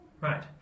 Right